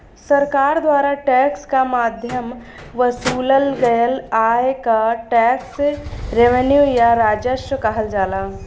सरकार द्वारा टैक्स क माध्यम वसूलल गयल आय क टैक्स रेवेन्यू या राजस्व कहल जाला